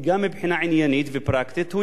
שותף למעשים האלה.